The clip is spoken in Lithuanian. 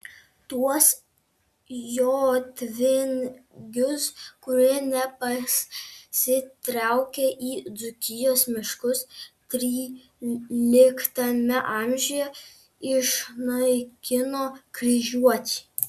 tuos jotvingius kurie nepasitraukė į dzūkijos miškus tryliktame amžiuje išnaikino kryžiuočiai